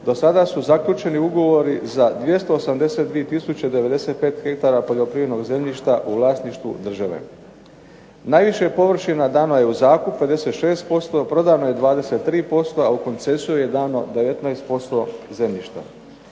do sada su zaključeni ugovori za 282 tisuće 95 hektara poljoprivrednog zemljišta u vlasništvu države. Najviše površina dano je u zakup 56%, prodano je 23%, a u koncesiju je dano 19% zemljišta.